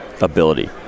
ability